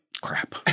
crap